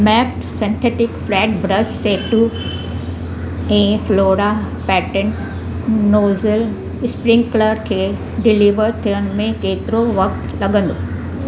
maps synthetic flat brush set ऐं flora pattern nozzle sprinkler खे deliver थियण में केतिरो वक़्तु लॻंदो